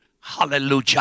hallelujah